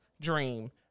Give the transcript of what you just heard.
dream